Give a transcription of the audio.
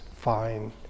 fine